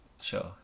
Sure